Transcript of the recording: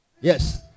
Yes